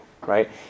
right